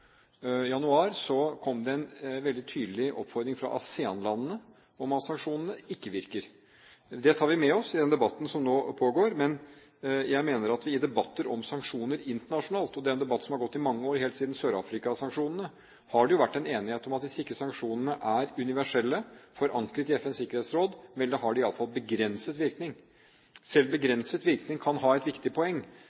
januar, kom det en veldig tydelig oppfordring fra ASEAN-landene om at sanksjonene ikke virker. Det tar vi med oss i den debatten som nå pågår. Men jeg mener at i debatter om sanksjoner internasjonalt – og det er en debatt som har gått i mange år, helt siden Sør-Afrika-sanksjonene – har det vært en enighet om at hvis ikke sanksjonene er universelle, forankret i FNs sikkerhetsråd, har de i hvert fall begrenset virkning. Selv